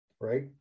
right